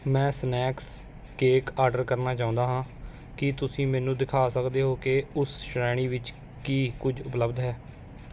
ਮੈਂ snacks cake order ਕਰਨਾ ਚਾਹੁੰਦਾ ਹਾਂ ਕੀ ਤੁਸੀਂ ਮੈਨੂੰ ਦਿਖਾ ਸਕਦੇ ਹੋ ਕਿ ਉਸ ਸ਼੍ਰੇਣੀ ਵਿੱਚ ਕੀ ਕੁਝ ਉਪਲਬਧ ਹੈ